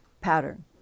pattern